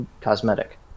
cosmetic